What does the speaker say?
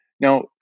Now